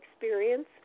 experience